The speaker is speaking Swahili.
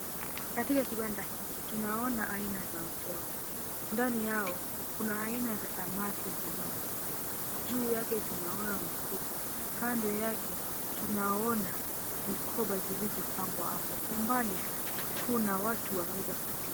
Katika kiwanda hiki tunaona aina za uteo. Ndani yao kuna aina za samaki ziliopangwa. Juu yake tunaona mfuko. Kando yake tunaona mikoba ziliopangwa hapo. Kwa umbali kuna watu wameeza kusimama.